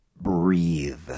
breathe